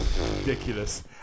ridiculous